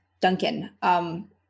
Duncan